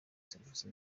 serivisi